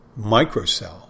microcell